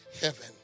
heaven